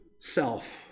self